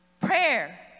Prayer